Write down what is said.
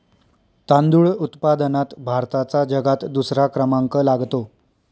तांदूळ उत्पादनात भारताचा जगात दुसरा क्रमांक लागतो